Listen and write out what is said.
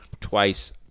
twice